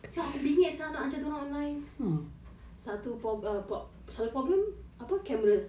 siak aku bingit siak nak ajar dorang online satu prob~ ah prob~ selalu problem apa camera